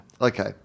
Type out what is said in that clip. Okay